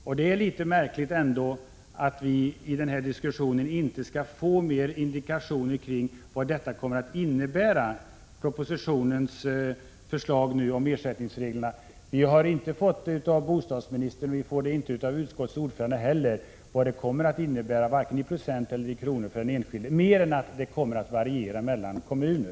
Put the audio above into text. Det är ändå litet märkligt att vi i denna diskussion inte skall få fler indikationer på vad propositionens förslag om ersättningsreglerna kommer att innebära. Vi har inte av bostadsministern och inte heller av utskottets ordförande fått veta vad propositionens förslag om ersättningsregler kommer att innebära för den enskilde — vare sig i procent eller i kronor. Vi får bara veta att det kommer att variera mellan kommuner.